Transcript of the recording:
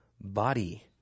body